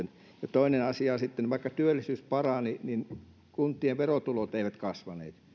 toinen asia sitten vaikka työllisyys parani niin kuntien verotulot eivät kasvaneet